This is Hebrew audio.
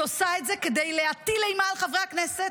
היא עושה את זה כדי להטיל אימה על חברי הכנסת,